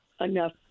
enough